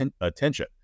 attention